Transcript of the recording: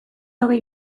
hogei